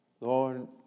Lord